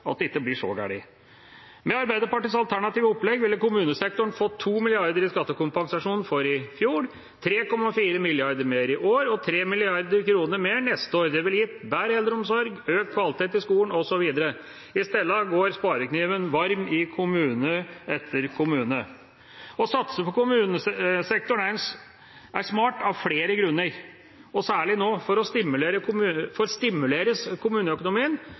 at det ikke blir så galt. Med Arbeiderpartiets alternative opplegg ville kommunesektoren fått 2 mrd. kr i skattekompensasjon for i fjor, 3,4 mrd. kr mer i år og 3 mrd. kr mer neste år. Det ville gitt bedre eldreomsorg, økt kvalitet i skolen osv. I stedet går sparekniven varm i kommune etter kommune. Å satse på kommunesektoren er smart av flere grunner, og særlig nå, for